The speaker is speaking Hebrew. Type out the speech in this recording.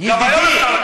גם היום אפשר לקחת.